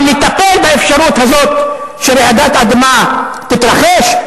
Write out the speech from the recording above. אבל לטפל באפשרות הזאת שרעידת אדמה תתרחש,